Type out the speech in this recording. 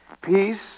peace